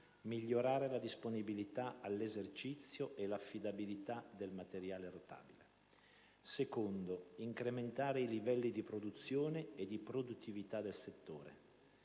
migliorare la disponibilità all'esercizio e l'affidabilità del materiale rotabile; incrementare i livelli di produzione e produttività del settore;